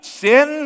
sin